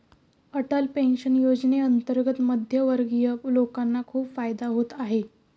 Atal pension योजनेअंतर्गत मध्यमवर्गीय लोकांना खूप फायदा होत आहे